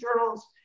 journals